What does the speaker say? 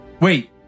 Wait